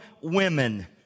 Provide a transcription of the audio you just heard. women